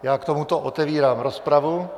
Já k tomuto otevírám rozpravu.